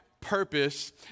purpose